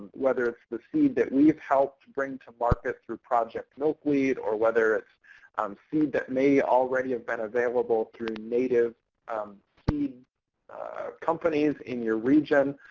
whether it's the seed that we've helped bring to market through project milkweed or whether it's um seed that may already have been available through native um speed companies in your region,